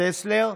טסלר?